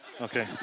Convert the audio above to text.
okay